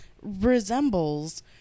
resembles